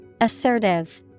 Assertive